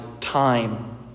time